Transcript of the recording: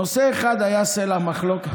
נושא אחד היה סלע המחלוקת.